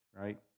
right